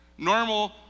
Normal